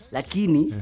Lakini